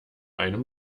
einem